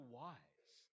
wise